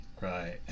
right